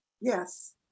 Yes